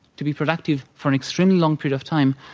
to be productive for an extremely long period of time,